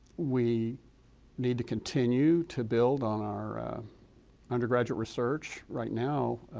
we need to continue to build on our undergraduate research, right now,